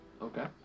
Okay